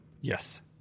Yes